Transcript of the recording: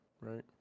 Right